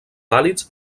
vàlids